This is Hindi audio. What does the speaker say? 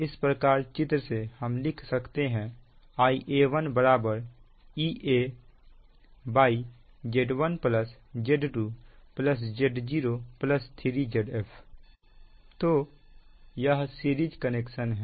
इस प्रकार चित्र से हम लिख सकते हैं Ia1 EaZ1Z2 Z0 3Zf तो यह सीरीज कनेक्शन है